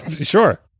Sure